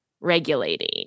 regulating